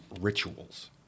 rituals